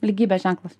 lygybės ženklas